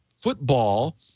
football